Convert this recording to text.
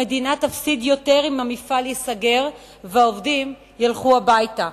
המדינה תפסיד יותר אם המפעל ייסגר והעובדים ילכו הביתה.